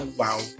wow